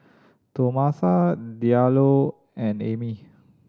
Tomasa Diallo and Emmy